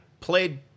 played